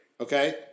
Okay